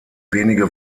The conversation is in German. wenige